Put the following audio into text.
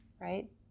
right